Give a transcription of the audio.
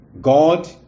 God